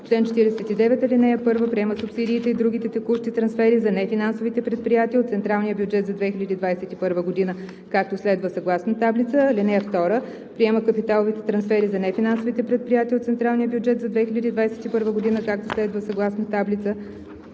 чл. 49: „Чл. 49. (1) Приема субсидиите и другите текущи трансфери за нефинансовите предприятия от централния бюджет за 2021 г., както следва, съгласно таблица: (2) Приема капиталовите трансфери за нефинансовите предприятия от централния бюджет за 2021 г, както следва, съгласно таблица“.